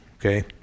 okay